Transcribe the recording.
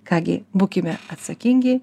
ką gi būkime atsakingi